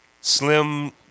Slim